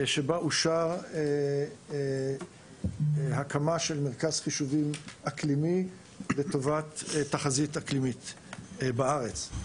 שבה אושר הקמה של מרכז חישובים אקלימי לטובת תחזית אקלימית בארץ.